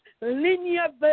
linear